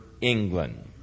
England